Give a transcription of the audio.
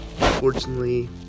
unfortunately